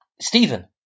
Stephen